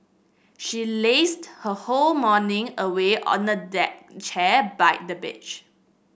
she lazed her whole morning away on a deck chair by the beach